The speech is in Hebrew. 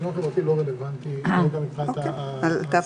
לא רלוונטי כרגע מבחינת ההצעה.